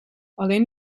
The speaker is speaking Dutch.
alleen